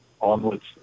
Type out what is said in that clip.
onwards